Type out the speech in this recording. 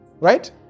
Right